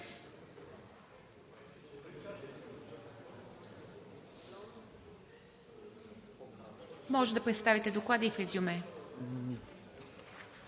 Може да представите Доклада и в резюме.